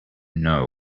know